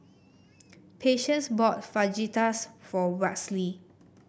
Patience bought Fajitas for Westley